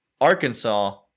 Arkansas